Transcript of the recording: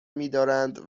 میدارند